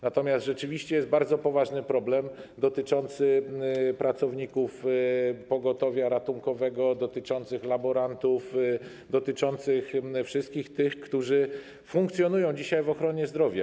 Natomiast rzeczywiście jest bardzo poważny problem dotyczący pracowników pogotowia ratunkowego, dotyczący laborantów, dotyczący wszystkich tych, którzy funkcjonują dzisiaj w ochronie zdrowia.